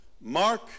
Mark